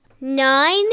nine